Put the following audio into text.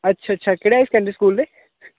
अच्छा अच्छा केह्ड़े हाई सकैंडरी स्कूल दे